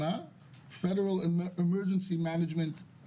(Federal Emergency Management Agency.)